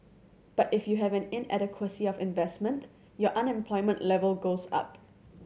but if you have an inadequacy of investment your unemployment level goes up